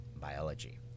biology